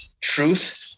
truth